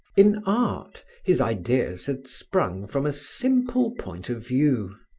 in art, his ideas had sprung from a simple point of view.